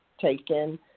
taken